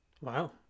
Wow